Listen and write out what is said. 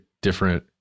different